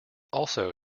also